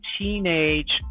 teenage